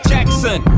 Jackson